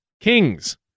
kings